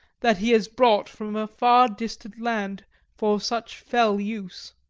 that he has brought from a far distant land for such fell use.